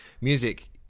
music